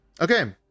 okay